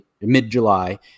mid-July